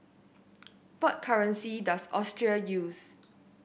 what currency does Austria use